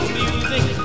music